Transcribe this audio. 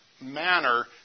manner